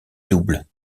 double